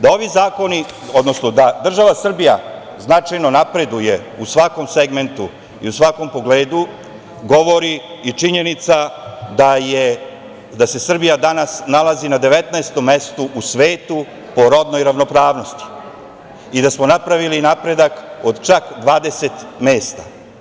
Da država Srbija značajno napreduje u svakom segmentu i u svakom pogledu, govori i činjenica da se Srbija danas nalazi na 19. mestu u svetu po rodnoj ravnopravnosti i da smo napravili napredak od čak 20 mesta.